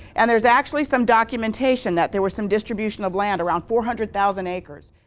and there's actually some documentation that there was some distribution of land, around four hundred thousand acres.